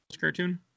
cartoon